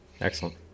Excellent